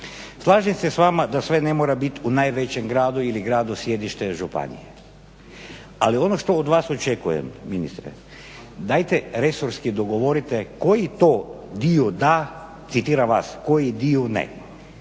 Slažem se s vama da sve ne mora biti u najvećem gradu ili gradu sjedište županije ali ono što od vas očekujem ministre dajte resorski dogovorite koji to dio da citiram vas, koji dio ne.